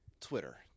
Twitter